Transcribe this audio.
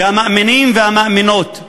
והמאמינים והמאמינות,